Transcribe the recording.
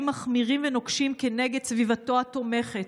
מחמירים ונוקשים כנגד סביבתו התומכת.